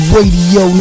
Radio